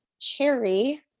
cherry